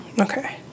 Okay